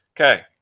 Okay